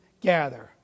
gather